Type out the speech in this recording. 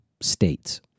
states